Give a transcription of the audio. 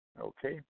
Okay